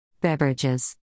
Beverages